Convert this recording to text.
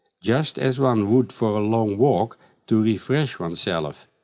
just as one would for a long walk to refresh oneself,